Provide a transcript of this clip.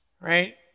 right